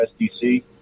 SDC